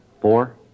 Four